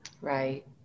Right